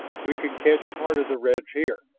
we can catch part of the reds here.